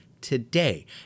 today